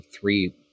three